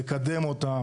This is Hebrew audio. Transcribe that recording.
לקדם אותם,